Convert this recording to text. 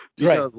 right